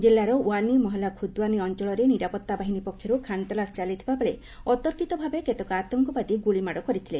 ଜିଲ୍ଲାର ୱାନି ମହଲା ଖୁଦ୍ୱାନୀ ଅଞ୍ଚଳରେ ନିରାପତ୍ତା ବାହିନୀ ପକ୍ଷରୁ ଖାନ୍ତଲାସ ଚାଲିଥିବାବେଳେ ଅତର୍କିତ ଭାବେ କେତେକ ଆତଙ୍କବାଦୀ ଗୁଳିମାଡ଼ କରିଥିଲେ